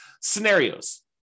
scenarios